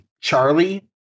Charlie